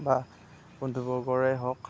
বা বন্ধু বৰ্গৰেই হওঁক